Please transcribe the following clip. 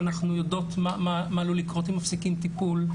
ואנחנו יודעות מה עלול לקרות אם מפסיקים טיפול.